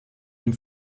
dem